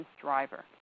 driver